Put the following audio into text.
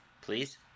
Please